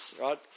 right